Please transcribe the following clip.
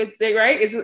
right